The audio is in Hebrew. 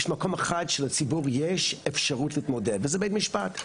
יש מקום אחד שלציבור יש אפשרות להתמודד וזה בית משפט,